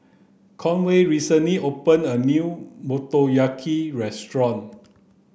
Conway recently opened a new Motoyaki restaurant